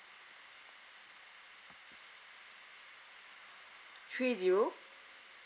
three zero